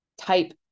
type